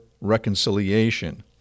reconciliation